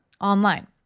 online